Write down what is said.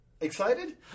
excited